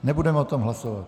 Nebudeme o tom hlasovat.